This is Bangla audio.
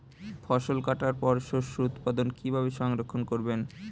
ফসল কাটার পর শস্য উৎপাদন কিভাবে সংরক্ষণ করবেন?